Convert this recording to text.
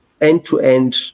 end-to-end